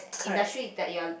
correct